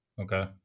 Okay